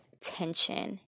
tension